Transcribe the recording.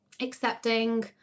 accepting